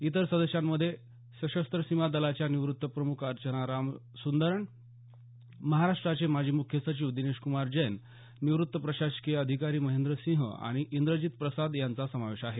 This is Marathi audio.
इतर सदस्यांमध्ये सशस्त्र सीमा दलाच्या निवृत्त प्रमुख अर्चना रामसुंदरन महाराष्ट्राचे माजी मुख्य सचिव दिनेश कुमार जैन निवृत्त प्रशासकीय अधिकारी महेंद्रसिंह आणि इंद्रजीत प्रसाद यांचा समावेश आहे